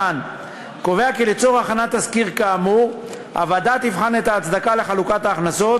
קובע כי לצורך הכנת תסקיר כאמור הוועדה תבחן את ההצדקה לחלוקת הכנסות